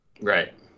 Right